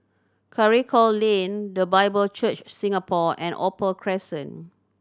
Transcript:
Karikal Lane The Bible Church Singapore and Opal Crescent